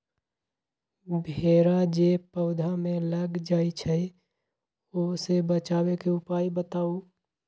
भेरा जे पौधा में लग जाइछई ओ से बचाबे के उपाय बताऊँ?